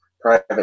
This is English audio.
private